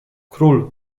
król